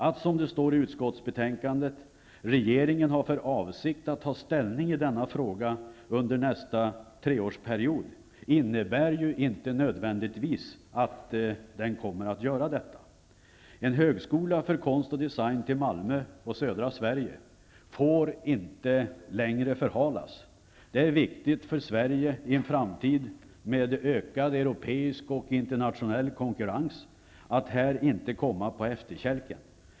Att, som det står i utskottsbetänkandet, regeringen har för avsikt att ta ställning i denna fråga under nästa 3-årsperiod innebär inte nödvändigtvis att den gör det. En högskola för konst och design till Malmö och södra Sverige får inte längre förhalas. Det är viktigt för Sverige att i en framtid med ökad europeisk och internationell konkurrens inte komma på efterkälken här.